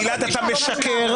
גלעד, אתה משקר.